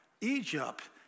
Egypt